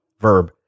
verb